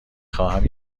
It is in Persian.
خواهم